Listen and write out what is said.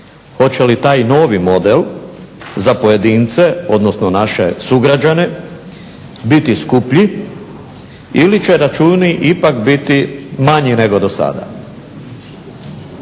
hoće li taj novi model za pojedince, odnosno naše sugrađane biti skuplji ili će računi ipak biti manji nego do sada.